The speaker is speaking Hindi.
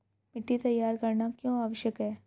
मिट्टी तैयार करना क्यों आवश्यक है?